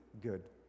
good